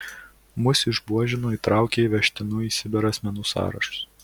mus išbuožino įtraukė į vežtinų į sibirą asmenų sąrašus